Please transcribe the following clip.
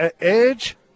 Edge